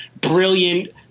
brilliant